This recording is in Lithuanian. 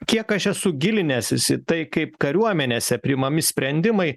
kiek aš esu gilinęsis į tai kaip kariuomenėse priimami sprendimai